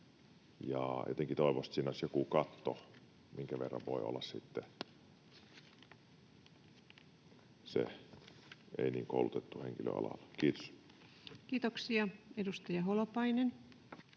toivoisi, että siinä olisi joku katto, minkä verran se ei niin koulutettu henkilö voi olla alalla. — Kiitos. Kiitoksia. — Edustaja Holopainen.